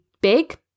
big